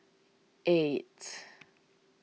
eight